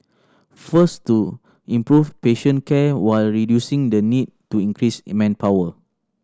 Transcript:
first to improve patient care while reducing the need to increase in manpower